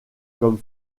comme